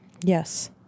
Yes